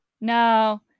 No